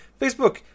Facebook